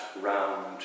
round